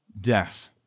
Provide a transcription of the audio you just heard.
death